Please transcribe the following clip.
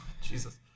Jesus